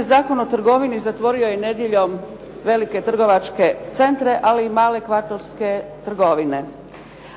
Zakon o trgovini zatvorio je nedjeljom velike trgovačke centre ali i male kvartovske trgovine.